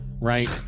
right